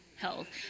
health